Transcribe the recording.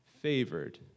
favored